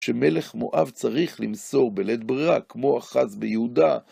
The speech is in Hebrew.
שמלך מואב צריך למסור בלית ברירה, כמו אחז ביהודה.